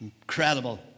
Incredible